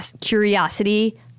curiosity